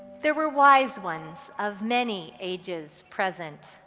there were wise ones of many ages present,